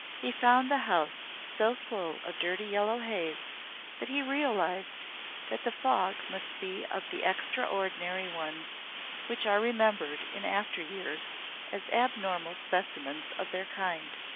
he found the house so full of dirty yellow haze that he realized that the fog must be of the extraordinary ones which are remembered in after-years as abnormal specimens of their kind.